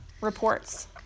reports